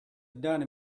done